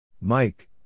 Mike